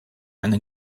eine